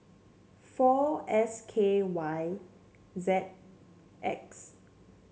four S K Y Z X